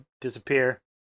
disappear